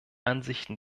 ansichten